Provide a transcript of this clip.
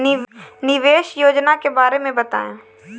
निवेश योजना के बारे में बताएँ?